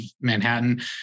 Manhattan